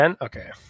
Okay